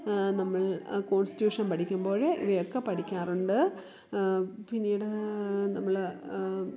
നമ്മൾ കോൺസ്റ്റൂഷൻ പഠിക്കുമ്പോൾ ഇവയൊക്കെ പഠിക്കാറുണ്ട് പിന്നീട് നമ്മൾ